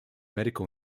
medical